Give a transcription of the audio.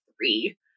three